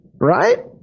right